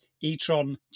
e-tron